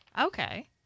Okay